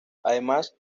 además